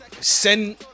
send